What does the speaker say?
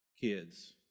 kids